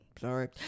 sorry